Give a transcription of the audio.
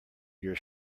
your